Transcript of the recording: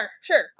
sure